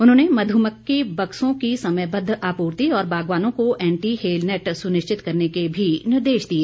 उन्होंने मध्यमक्खी बक्सों की समयबद्ध आपूर्ति और बागवानों को एंटी हेलनैट सुनिश्चित करने के भी निर्देश दिए